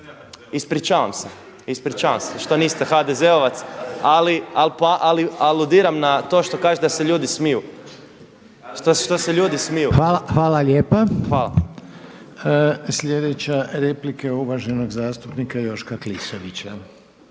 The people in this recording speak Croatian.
HDZ-ovac./… Ispričavam se što niste HDZ-ovac, ali aludiram na to što kažete da se ljudi smiju. Hvala. **Reiner, Željko (HDZ)** Hvala lijepa. Sljedeća replika je uvaženog zastupnika Joška Klisovića.